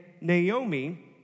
Naomi